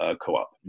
co-op